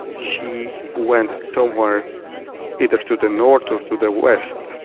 she went somewhere either to the north or to the west.